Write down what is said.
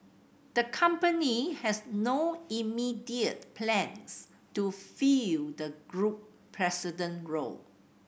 the company has no immediate plans to fill the group president role